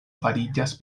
fariĝas